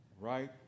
right